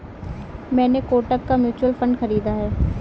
मैंने कोटक का mutual fund खरीदा है